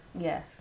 Yes